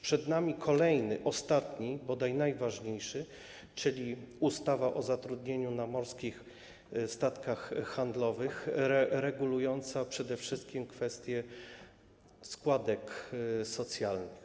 Przed nami kolejny, ostatni, bodaj najważniejszy, czyli ustawa o zatrudnieniu na morskich statkach handlowych, regulująca przede wszystkim kwestie składek socjalnych.